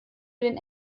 den